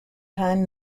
time